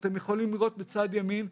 אתם יכולים לראות בצד ימין.